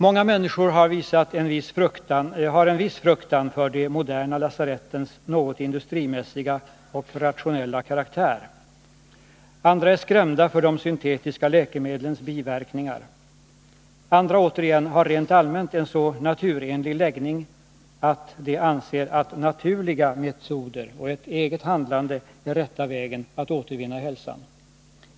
Många människor har en viss fruktan för de moderna lasarettens något industrimässiga och rationella karaktär. Andra är skrämda för de syntetiska läkemedlens biverkningar. Andra återigen har rent allmänt en så naturenlig läggning att de anser att ”naturliga” metoder och ett eget handlande är rätta vägen att återvinna hälsan.